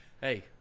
Hey